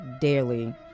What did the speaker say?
daily